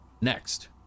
next